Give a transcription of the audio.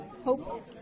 hope